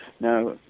Now